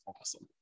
awesome